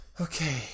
Okay